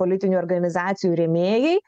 politinių organizacijų rėmėjai